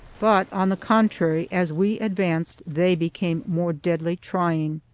but on the contrary, as we advanced they became more deadly trying.